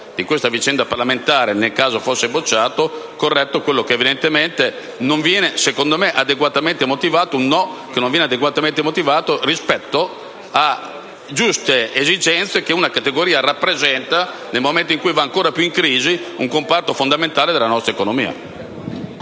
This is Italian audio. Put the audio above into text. di questa vicenda parlamentare, e nel caso esso fosse bocciato, possa essere corretto un no che, evidentemente, non viene adeguatamente motivato rispetto a giuste esigenze che una categoria rappresenta nel momento in cui va ancora piu in crisi, ed e` peraltro un comparto fondamentale della nostra economia.